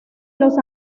los